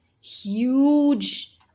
huge